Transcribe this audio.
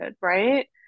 right